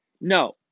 No